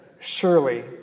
Surely